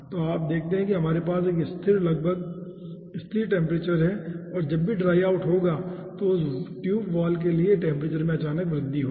तो आप देखते हैं हमारे पास एक स्थिर लगभग स्थिर टेम्परेचर है और जब भी ड्राई आउट होगा उस ट्यूब वाल के लिए टेम्परेचर में अचानक वृद्धि होगी